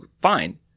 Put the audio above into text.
fine